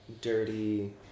dirty